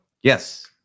yes